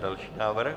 Další návrh.